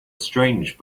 strange